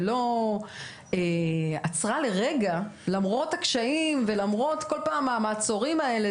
שלא עצרה לרגע וזה למרות הקשיים ולמרות כל פעם המעצורים האלה,